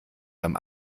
ihrem